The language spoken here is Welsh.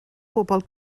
bobl